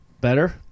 better